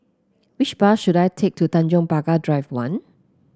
which bus should I take to Tanjong Pagar Drive One